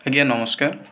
ଆଜ୍ଞା ନମସ୍କାର